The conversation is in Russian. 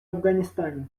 афганистане